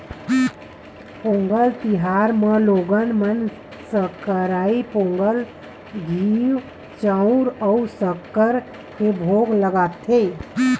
पोंगल तिहार म लोगन मन सकरई पोंगल, घींव, चउर अउ सक्कर के भोग लगाथे